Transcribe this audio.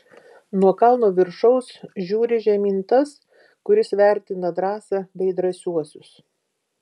nuo kalno viršaus žiūri žemyn tas kuris vertina drąsą bei drąsiuosius